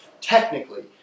technically